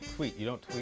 tweet. you don't